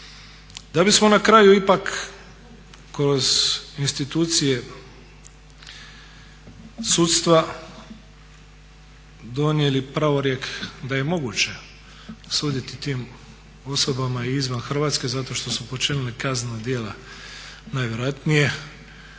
da bismo na kraju ipak kroz institucije sudstva donijeli pravorijek da je moguće suditi tim osobama i izvan Hrvatske zato što su počinili kaznena djela najvjerojatnije